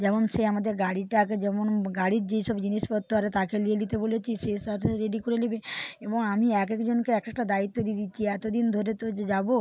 যেমন সে আমাদের গাড়িটাকে যেমন গাড়ির যেইসব জিনিসপত্র আর এ তাকে নিয়ে নিতে বলেছি সে সাথে রেডি করে নেবে এবং আমি একেকজনকে এক একটা দায়িত্ব দিয়ে দিয়েছি এত দিন ধরে তো যাব